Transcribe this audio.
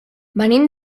venim